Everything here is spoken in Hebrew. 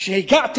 "כשהגעתי